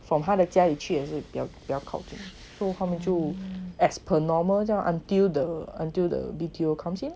from 他的家里确实比较比较靠近 then 他们就 as per normal 这样 until the until the B_T_O comes in